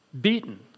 beaten